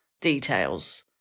details